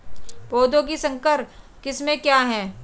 पौधों की संकर किस्में क्या क्या हैं?